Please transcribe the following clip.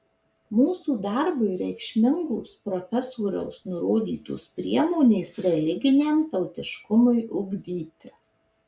mūsų darbui reikšmingos profesoriaus nurodytos priemonės religiniam tautiškumui ugdyti